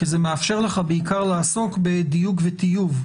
כי זה מאפשר לך בעיקר לעסוק בדיוק ובטיוב,